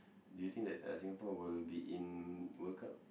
do you think that uh Singapore will be in World-Cup